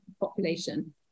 population